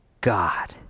God